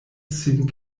sin